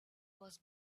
was